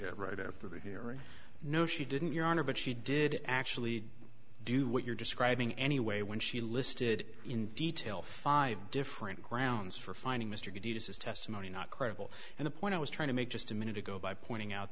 the right after the hearing no she didn't your honor but she did actually do what you're describing anyway when she listed in detail five different grounds for finding mr davis's testimony not credible and the point i was trying to make just a minute ago by pointing out